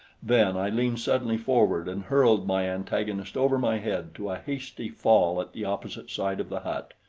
then i leaned suddenly forward and hurled my antagonist over my head to a hasty fall at the opposite side of the hut.